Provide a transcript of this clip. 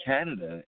Canada